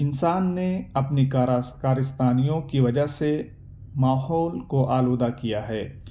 انسان نے اپنی کارس کارستانیوں کی وجہ سے ماحول کو آلودہ کیا ہے